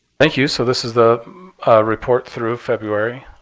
thank you. so this is the report through february.